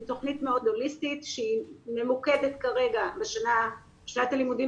זו תוכנית מאוד הוליסטית שהיא כרגע ממוקדת בשנת הלימודים